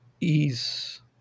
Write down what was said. ease